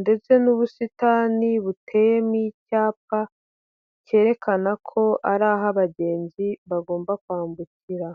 ndetse n'ubusitani buteyemo icyapa cyerekana ko ari aho abagenzi bagomba kwambukira.